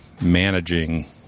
managing